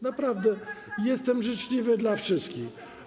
Naprawdę, jestem życzliwy dla wszystkich.